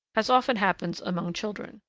as often happens among children.